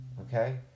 okay